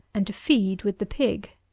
and to feed with the pig.